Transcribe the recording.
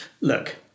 Look